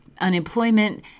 unemployment